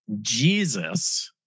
Jesus